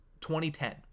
2010